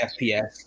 FPS